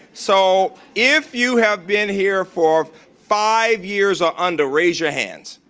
so if you have been here for five years or under, raise your hands,